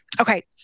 Okay